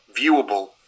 viewable